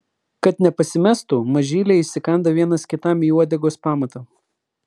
kad nepasimestų mažyliai įsikanda vienas kitam į uodegos pamatą